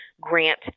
grant